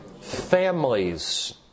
Families